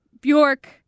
Bjork